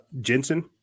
Jensen